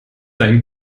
dein